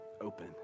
open